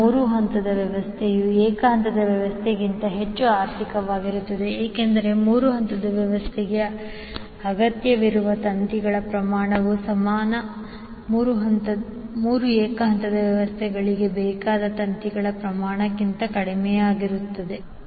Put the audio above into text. ಈಗ 3 ಹಂತದ ವ್ಯವಸ್ಥೆಯು ಏಕ ಹಂತದ ವ್ಯವಸ್ಥೆಗಿಂತ ಹೆಚ್ಚು ಆರ್ಥಿಕವಾಗಿರುತ್ತದೆ ಏಕೆಂದರೆ 3 ಹಂತದ ವ್ಯವಸ್ಥೆಗೆ ಅಗತ್ಯವಿರುವ ತಂತಿಯ ಪ್ರಮಾಣವು ಸಮಾನ 3 ಏಕ ಹಂತದ ವ್ಯವಸ್ಥೆಗಳಿಗೆ ಬೇಕಾದ ತಂತಿಯ ಪ್ರಮಾಣಕ್ಕಿಂತ ಕಡಿಮೆಯಾಗಿದೆ